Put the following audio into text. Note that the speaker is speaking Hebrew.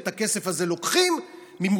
ואת הכסף הזה לוקחים ממובטלים,